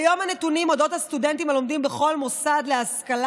כיום הנתונים על הסטודנטים הלומדים בכל מוסד להשכלה